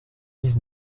dix